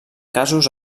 casos